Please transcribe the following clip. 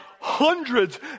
hundreds